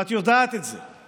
ואת יודעת את זה,